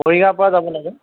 মৰিগাঁৱৰ পৰা যাব লাগে